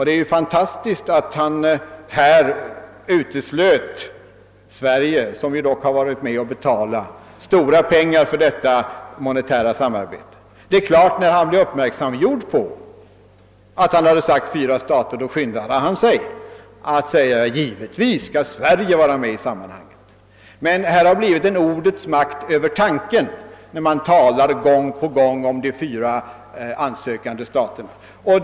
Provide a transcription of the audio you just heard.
Det är ju fantastiskt att han uteslöt Sverige, som dock varit med och beta lat stora pengar för detta monetära samarbete. — När finansminister Jenkins blev uppmärksamgjord på att han talat om »fyra stater» skyndade han sig att säga: Givetvis skall Sverige vara med i sammanhanget. Men här har blivit en ordets makt över tanken. Man talar gång på gång om »de fyra ansökande staterna».